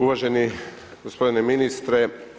Uvaženi gospodine ministre.